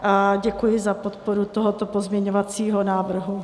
A děkuji za podporu tohoto pozměňovacího návrhu.